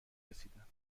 رسیدند